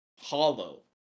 hollow